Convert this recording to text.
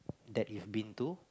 that you've been to